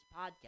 podcast